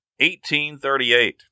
1838